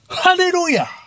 Hallelujah